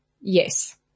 yes